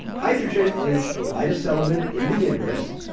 hydrogen is the lightest element in the universe.